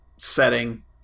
setting